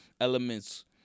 elements